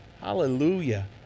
Hallelujah